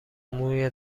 موی